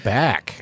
back